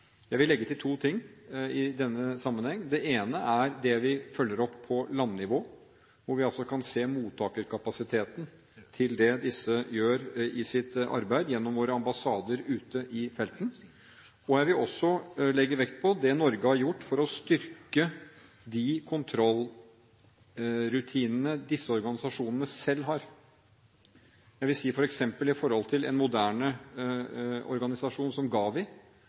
Jeg vil legge til to ting i denne sammenheng. Det ene er det vi følger opp på landnivå, hvor vi altså kan se mottakerkapasiteten til det disse gjør i sitt arbeid gjennom våre ambassader ute i felten. Jeg vil også legge vekt på det Norge har gjort for å styrke de kontrollrutinene disse organisasjonene selv har. Jeg vil si at f.eks. i forhold til en moderne organisasjon som